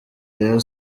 rayon